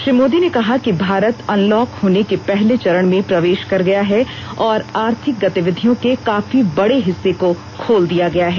श्री मोदी ने कहा कि भारत अनलॉक होने के पहले चरण में प्रवेश कर गया है और आर्थिक गतिविधियों के काफी बड़े हिस्से को खोल दिया गया है